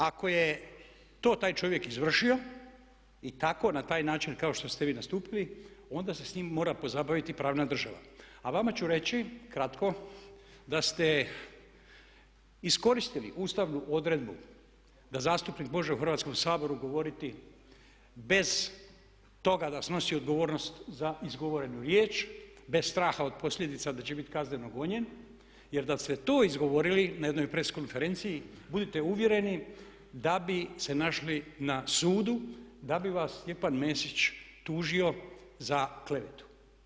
Ako je to taj čovjek izvršio i tako na taj način kao što ste vi nastupili onda se s njim mora pozabaviti pravna država, a vama ću reći kratko da ste iskoristili ustavnu odredbu da zastupnik može u Hrvatskom saboru govoriti bez toga da snosi odgovornost za izgovorenu riječ, bez straha od posljedica da će biti kažnjeno gonjen, jer da ste to izgovorili na jednoj press konferenciji, budite uvjereni da bise se našli na sudu, da bi vas Stjepan Mesić tužio za klevetu.